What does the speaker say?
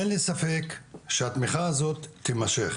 אין לי ספק שהתמיכה הזו תמשך,